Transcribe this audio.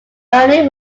ernie